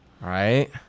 right